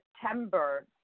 September